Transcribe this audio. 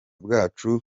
bwacu